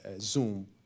Zoom